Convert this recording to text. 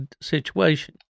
situation